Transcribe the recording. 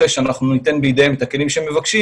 אחרי שניתן בידיהם את הכלים שהם מבקשים